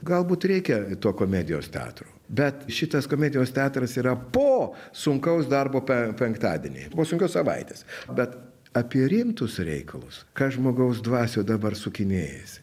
galbūt reikia to komedijos teatro bet šitas komedijos teatras yra po sunkaus darbo pe penktadienį po sunkios savaitės bet apie rimtus reikalus ka žmogaus dvasio dabar sukinėjasi